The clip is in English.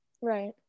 Right